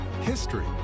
history